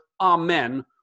amen